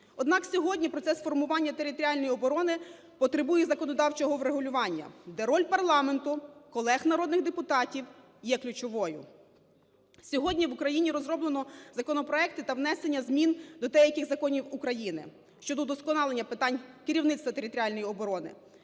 Однак сьогодні процес формування територіальної оборони потребує законодавчого врегулювання, де роль парламенту, колег народних депутатів є ключовою. Сьогодні в Україні розроблено законопроекти та внесення змін до деяких законів України щодо вдосконалення питань керівництва територіальної оборони.